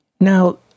Now